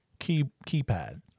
keypad